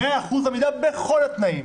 100% עמידה בכל התנאים.